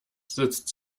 sitzt